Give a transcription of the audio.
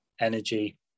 energy